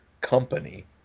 company